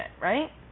right